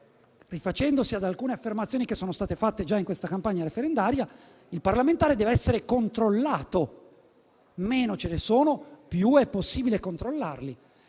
rifacendomi ad alcune affermazioni che sono state già rese in questa campagna referendaria, i parlamentari devono essere controllati: meno ce ne sono, più è possibile controllarli.